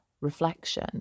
reflection